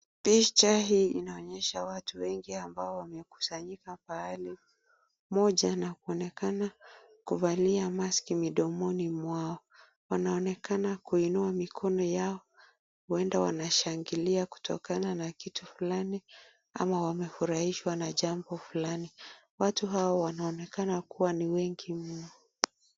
Picha hii inaonyesha watu wengi ambao wamekusanyika pahali moja na waonekana kuvalia mask midomoni mwao. Wanaonekana kuinua mikono yao ueda wanashangilia kutokana na kitu fulani ama wamefurahishwa na jambo fulani. Watu hao wanaonekana kuwa ni wengi mno.